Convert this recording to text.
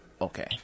okay